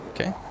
Okay